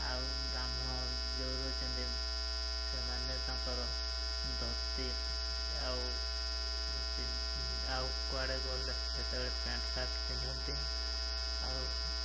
ଆଉ ବ୍ରାହ୍ମଣ ଯୋଉ ରହୁଛନ୍ତି ସେମାନେ ତାଙ୍କର ଧୋତି ଆଉ ଆଉ କୁଆଡ଼େ ଗଲେ ସେତେବେଳେ ପ୍ୟାଣ୍ଟ୍ ସାର୍ଟ ପିନ୍ଧନ୍ତି ଆଉ